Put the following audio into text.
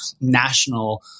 national